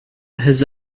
his